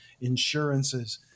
insurances